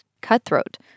cutthroat